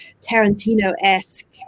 Tarantino-esque